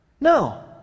No